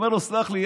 אומר לו: סלח לי,